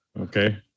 Okay